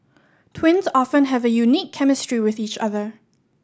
twins often have a unique chemistry with each other